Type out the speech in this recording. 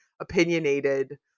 opinionated